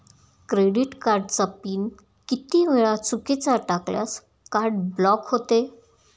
Credit कार्डचा PIN किती वेळा चुकीचा टाकल्यास कार्ड ब्लॉक होते?